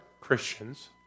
Christians